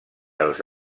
els